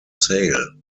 sale